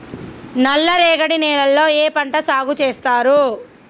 నల్లరేగడి నేలల్లో ఏ పంట సాగు చేస్తారు?